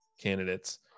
candidates